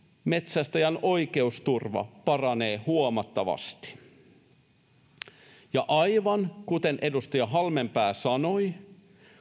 metsästäjän oikeusturva paranee huomattavasti ja aivan kuten edustaja halmeenpää sanoi